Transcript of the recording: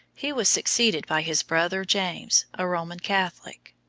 he was succeeded by his brother james, a roman catholic.